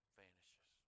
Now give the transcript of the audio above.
vanishes